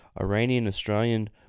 Iranian-Australian